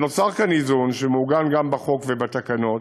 שמעוגן גם בחוק ובתקנות